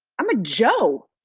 i'm a jo.